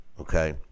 okay